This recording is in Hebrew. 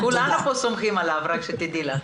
כולנו פה סומכים עליו, תדעי לך.